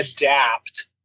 adapt